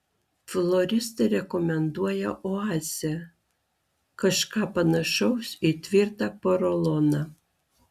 floristai rekomenduoja oazę kažką panašaus į tvirtą poroloną